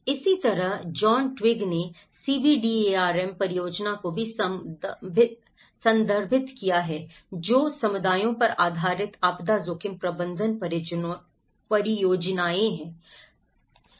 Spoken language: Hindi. इसी तरह जॉन ट्विग ने सीबीडीआरएम परियोजनाओं को भी संदर्भित किया है जो समुदायों पर आधारित आपदा जोखिम प्रबंधन परियोजनाएं हैं